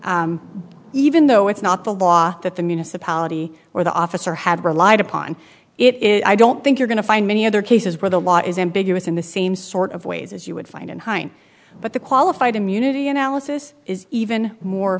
apply even though it's not the law that the municipality or the officer had relied upon it i don't think you're going to find many other cases where the law is ambiguous in the same sort of ways as you would find in hind but the qualified immunity analysis is even more